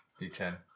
d10